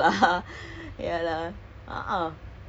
most most people are lah even my siblings